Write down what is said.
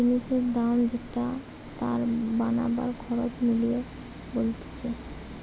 জিনিসের দাম যেটা তার বানাবার খরচ মিলিয়ে বলতিছে